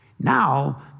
Now